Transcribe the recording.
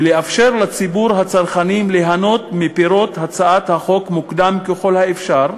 ולאפשר לציבור הצרכנים ליהנות מפירות הצעת החוק מוקדם ככל האפשר,